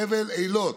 חבל אילות.